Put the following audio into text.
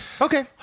Okay